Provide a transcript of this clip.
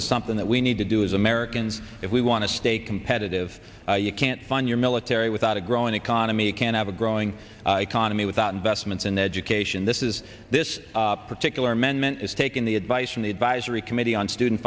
is something that we need to do as americans if we want to stay competitive you can't fund your military without a growing economy you can have a growing economy without investments in education this is this particular amendment is taking the advice from the advisory committee on student